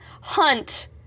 hunt